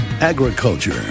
agriculture